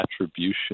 attribution